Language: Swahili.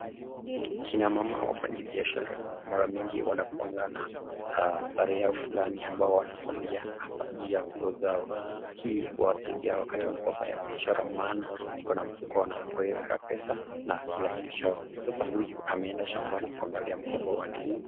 Kina mama wafanya biashara mara mingi wanakuanga na sare ambao wanavalia hapa juu ya nguo zao. Hii huwasaidia wakati wanapo fanya biashara maana kuna mfuko wanapoeka pesa na kila kitu chao. Sasa huyu ameenda shambani kuangalia mgomba wa ndizi.